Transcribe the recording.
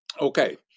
Okay